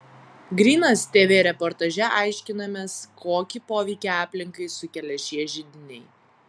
grynas tv reportaže aiškinamės kokį poveikį aplinkai sukelia šie židiniai